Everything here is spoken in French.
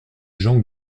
jean